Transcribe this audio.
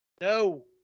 No